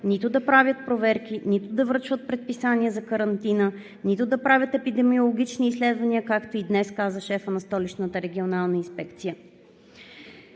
нито да правят проверки, нито да връчват предписания за карантина, нито да правят епидемиологични изследвания, както каза днес и шефът на Столичната регионална инспекция.